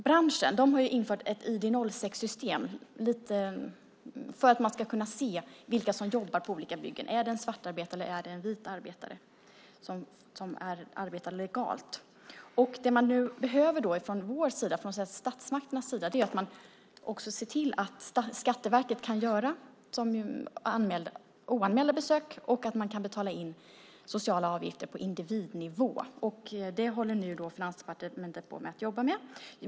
Branschen har infört ett ID 06-system för att man ska kunna se vilka som jobbar på olika byggen. Är det en svartarbetare, eller är det en vit arbetare, någon som arbetar legalt? Det man nu behöver från vår sida, från statsmakternas sida, är att också se till att Skatteverket kan göra oanmälda besök och att det går att betala in sociala avgifter på individnivå. Det håller Finansdepartementet nu på att jobba med.